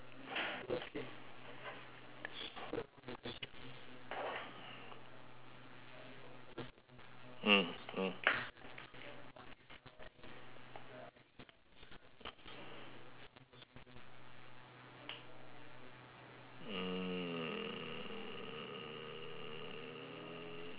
mm mm mm